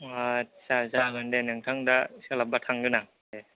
आटसा जागोनदे नोंथां दा सोलाब्बा थांगोन आं दे